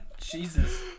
Jesus